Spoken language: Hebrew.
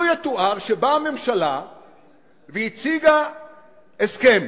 לו יתואר שבאה הממשלה והציגה הסכם,